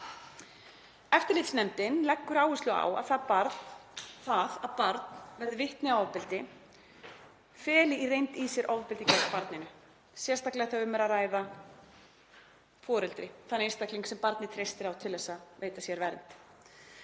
Eftirlitsnefndin leggur áherslu á að það að barn verði vitni að ofbeldi feli í reynd í sér ofbeldi gegn barninu, sérstaklega þegar um er að ræða foreldri, þann einstakling sem barnið treystir á til að veita sér vernd.